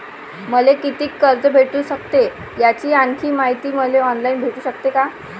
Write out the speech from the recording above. मले कितीक कर्ज भेटू सकते, याची आणखीन मायती मले ऑनलाईन भेटू सकते का?